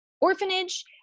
orphanage